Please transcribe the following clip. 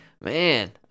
Man